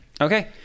Okay